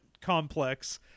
complex